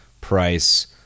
price